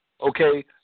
okay